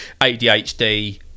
ADHD